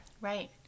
Right